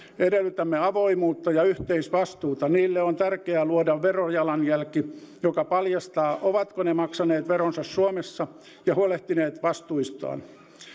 edellytämme avoimuutta ja yhteisvastuuta niille on tärkeää luoda verojalanjälki joka paljastaa ovatko ne maksaneet veronsa suomessa ja huolehtineet vastuistaan